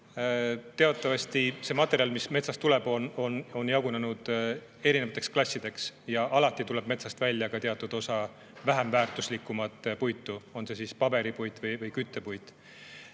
Teatavasti on materjal, mis metsast tuleb, jagunenud klassideks. Alati tuleb metsast välja ka teatud osa vähem väärtuslikku puitu, on see paberipuit või küttepuit.